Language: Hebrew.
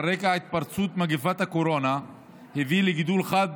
רקע התפרצות מגפת הקורונה הביאה לגידול חד